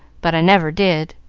but i never did,